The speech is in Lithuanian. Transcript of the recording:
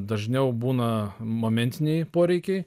dažniau būna momentiniai poreikiai